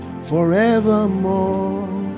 forevermore